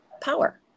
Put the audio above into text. power